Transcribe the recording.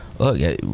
Look